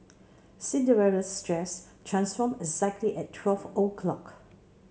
Cinderella's dress transformed exactly at twelve o'clock